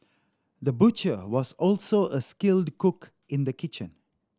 the butcher was also a skilled cook in the kitchen